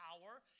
power